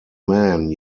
man